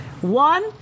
One